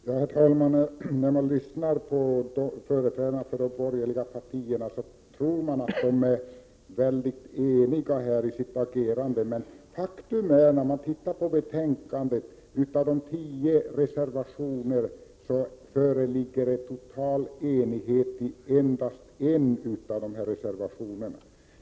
Herr talman! När man lyssnar på företrädarna för de borgerliga partierna, får man intrycket att de är eniga i sitt agerande. Men av de tio reservationer som fogats till detta betänkande har endast en kunnat samla företrädarna för samtliga tre borgerliga partier.